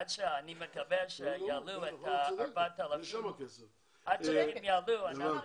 עד שהם יעלו אנחנו צריכים לעזור.